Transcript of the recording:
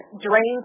drains